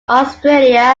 australia